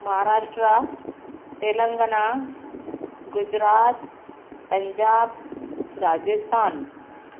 Maharashtra Telangana Gujarat Punjab Rajasthan